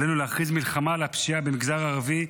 עלינו להכריז מלחמה על הפשיעה במגזר הערבי,